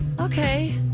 Okay